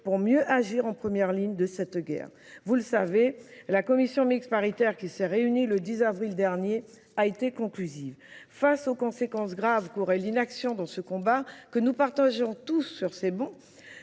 pour mieux agir en première ligne de cette guerre. Vous le savez, la Commission mixte paritaire qui s'est réunie le 10 avril dernier a été conclusive. Face aux conséquences graves qu'aurait l'inaction dans ce combat, que nous partageons tous sur ces bons,